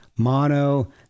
Mono